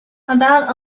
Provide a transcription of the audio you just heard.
about